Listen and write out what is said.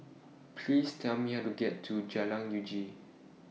Please Tell Me How to get to Jalan Uji